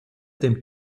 dem